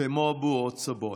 כמו בועות סבון,